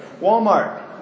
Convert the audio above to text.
Walmart